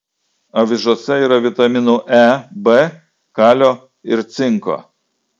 avižose yra vitaminų e ir b kalio ir cinko